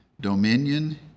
Dominion